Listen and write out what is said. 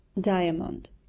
Diamond